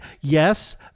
Yes